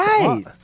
Right